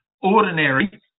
ordinary